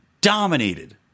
dominated